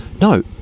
No